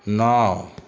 नौ